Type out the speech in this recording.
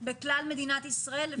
בכלל מדינת ישראל.